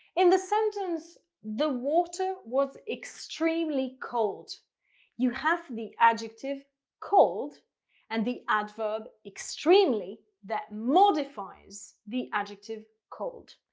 in the sentence, the water was extremely cold you have the adjective cold and the adverb extremely that modifies the adjective cold.